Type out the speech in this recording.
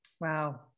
Wow